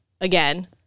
again